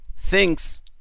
thinks